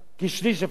כשליש לפחות.